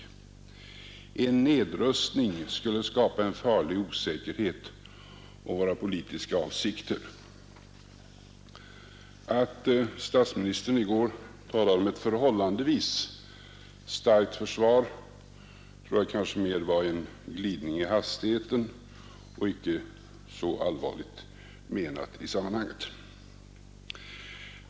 En nedrustning skulle skapa en farlig osäkerhet om våra politiska avsikter.” Statsministern talade i går om ”ett förhållandevis starkt försvar” men det tror jag mer var en glidning i hastigheten och inte så allvarligt menat i sammanhanget.